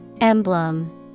Emblem